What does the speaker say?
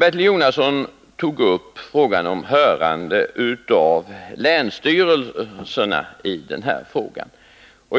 Bertil Jonasson tog upp frågan om hörande av länsstyrelserna i den här frågan.